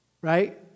right